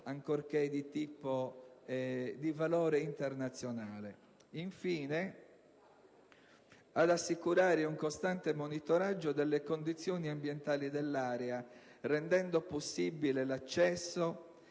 ancorché di valore internazionale. Si impegna infine il Governo ad assicurare un costante monitoraggio delle condizioni ambientali dell'area, rendendo possibile l'accesso